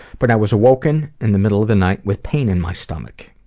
but i was awoken in the middle of the night with pain in my stomach.